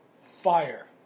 Fire